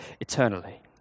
eternally